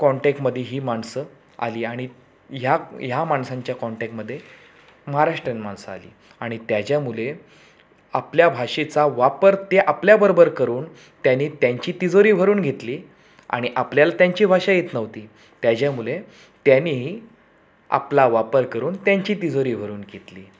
काँटॅकमध्ये ही माणसं आली आणि ह्याक ह्या माणसांच्या काँटॅकमध्ये महाराष्ट्रन माणसं आली आणि त्याच्यामुळे आपल्या भाषेचा वापर ते आपल्याबरबर करून त्यांनी त्यांची तिजोरी भरून घेतली आणि आपल्याला त्यांची भाषा येत नव्हती त्याच्यामुळे त्यांनी आपला वापर करून त्यांची तिजोरी भरून घेतली